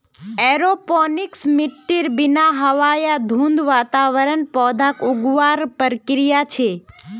aeroponics मिट्टीर बिना हवा या धुंध वातावरणत पौधाक उगावार प्रक्रिया छे